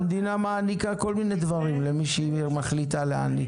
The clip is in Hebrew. המדינה מעניקה כל מיני דברים למי שהיא מחליטה להעניק.